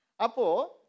Apo